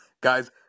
guys